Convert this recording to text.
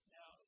Now